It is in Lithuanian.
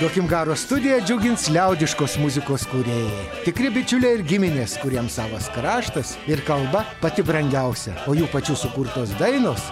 duokim garo studija džiugins liaudiškos muzikos kūrėjai tikri bičiuliai ir giminės kuriems savas kraštas ir kalba pati brangiausia o jų pačių sukurtos dainos